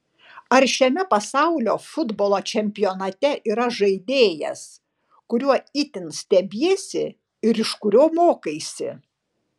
ar šiame pasaulio futbolo čempionate yra žaidėjas kuriuo itin stebiesi ir iš kurio mokaisi